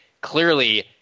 Clearly